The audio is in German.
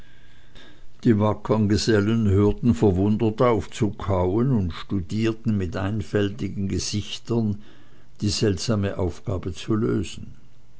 die wackeren gesellen hörten verwundert auf zu kauen und studierten mit einfältigen gesichtern die seltsame aufgabe zu lösen